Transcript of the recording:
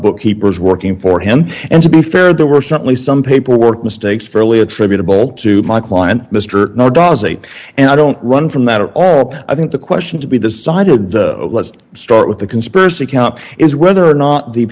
bookkeepers working for him and to be fair there were certainly some paperwork mistakes fairly attributable to my client mr no does a and i don't run from that or i think the question to be decided let's start with the conspiracy count is whether or not the